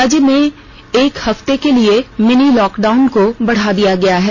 राज्य में एक हफते के लिए मिनी लॉकडाउन को बढा दिया गया है